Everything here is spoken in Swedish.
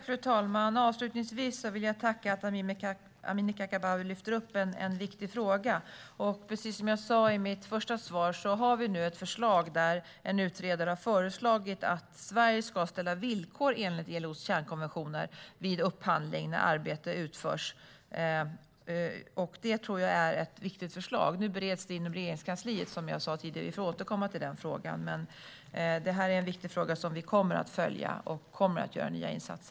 Fru talman! Avslutningsvis vill jag tacka Amineh Kakabaveh för att hon lyfter upp en viktig fråga. Precis som jag sa i mitt svar har en utredare nu kommit med ett förslag om att Sverige ska ställa villkor enligt ILO:s kärnkonventioner vid upphandling när arbete utförs. Jag tror att detta är ett viktigt förslag. Det bereds nu inom Regeringskansliet, som jag sa tidigare, så vi får återkomma till den här viktiga frågan som vi kommer att följa. Vi kommer också att göra nya insatser.